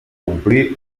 omplir